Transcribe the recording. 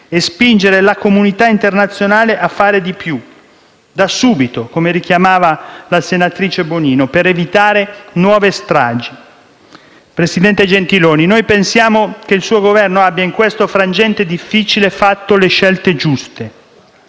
e spingere la comunità internazionale a fare di più, da subito, come richiamava la senatrice Bonino, per evitare nuovi stragi. Presidente Gentiloni Silveri, pensiamo che il suo Governo abbia in questo frangente difficile fatto le scelte giuste,